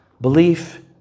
belief